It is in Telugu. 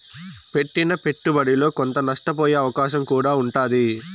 పెట్టిన పెట్టుబడిలో కొంత నష్టపోయే అవకాశం కూడా ఉంటాది